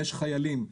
יש חיילים,